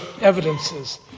evidences